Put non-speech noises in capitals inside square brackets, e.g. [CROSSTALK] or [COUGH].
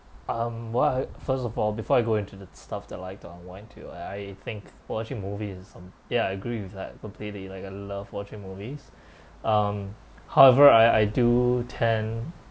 um well I first of all before I go into the stuff that I like to unwind to I I think well actually movies some ya I agree with like completely like I love watching movies [BREATH] um however I I do tend